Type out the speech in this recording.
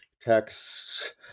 texts